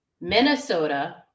Minnesota